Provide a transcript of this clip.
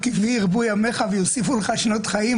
"כי בי ירבו ימיך ויוסיפו לך שנות חיים",